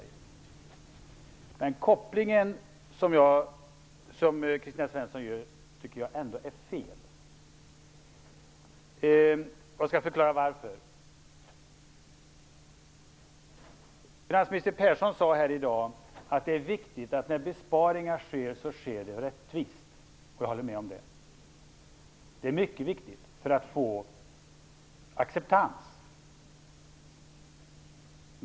Jag tycker ändå att den koppling som Kristina Svensson gör är felaktig, och jag skall förklara varför. Finansminister Persson sade här i dag att det är viktigt att de besparingar som görs skall göras rättvist. Jag håller med om det. Det är mycket viktigt, för att de skall få acceptans.